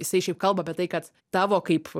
jisai šiaip kalba apie tai kad tavo kaip